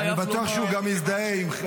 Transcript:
חייב לומר -- אני בטוח שהוא גם מזדהה עם רובם.